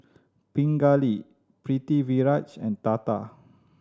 Pingali Pritiviraj and Tata